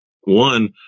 one